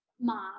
mom